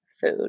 food